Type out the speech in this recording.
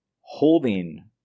holding